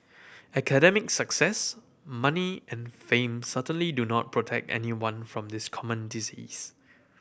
academic success money and fame certainly do not protect anyone from this common disease